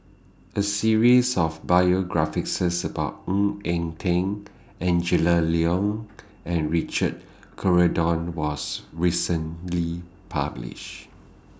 A series of biographies about Ng Eng Teng Angela Liong and Richard Corridon was recently published